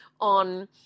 on